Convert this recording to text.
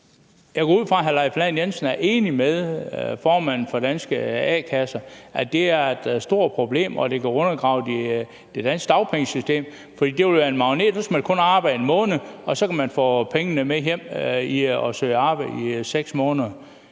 Jeg går ud fra, at hr. Leif Lahn Jensen er enig med formanden for Danske A-kasser i, at det er et stort problem og det kan undergrave det danske dagpengesystem, for det vil være en magnet. Så skal man kun arbejde 1 måned, før man kan få pengene med hjem og søge arbejde i 6 måneder.